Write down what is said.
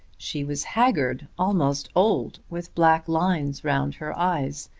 she was haggard, almost old, with black lines round her eyes.